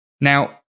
Now